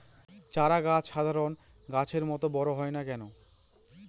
চারা গাছ সাধারণ গাছের মত বড় হয় না কেনো?